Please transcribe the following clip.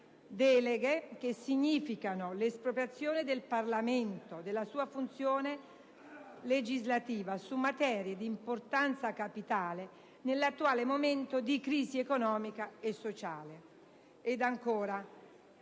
deleghe che significano l'espropriazione del Parlamento e della sua funzione legislativa su materie di importanza capitale nell'attuale momento di crisi economica e sociale.